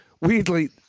weirdly